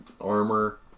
armor